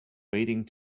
waiting